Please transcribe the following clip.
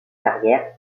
carrière